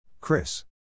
Chris